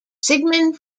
sigmund